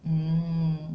mm